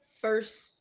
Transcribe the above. first